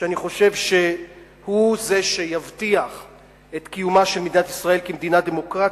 שאני חושב שהוא זה שיבטיח את קיומה של מדינת ישראל כמדינה דמוקרטית,